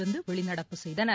இருந்து வெளிநடப்பு செய்தனர்